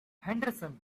henderson